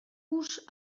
vos